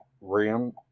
RAM